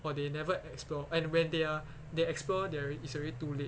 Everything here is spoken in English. or they never explore and when they are they explore they're it's already too late